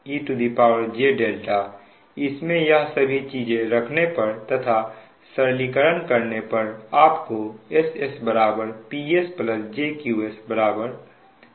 ejδ इसमें यह सभी चीजें रखने पर तथा सरलीकरण करने पर आपको SS PS j QS VS